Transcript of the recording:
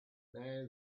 now